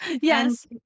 Yes